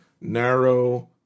narrow